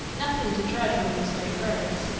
nothing to dread from these great birds,